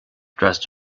dressed